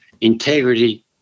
Integrity